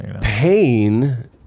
pain